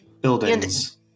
buildings